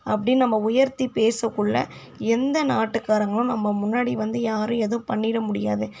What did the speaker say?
அப்படினு நம்ம உயர்த்தி பேசக்குள்ளே எந்த நாட்டுக்காரங்களும் நம்ம முன்னாடி வந்து யாரும் எதுவும் பண்ணிட முடியாது